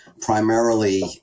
primarily